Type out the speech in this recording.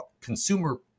consumer